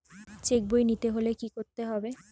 Check বই নিতে হলে কি করতে হবে?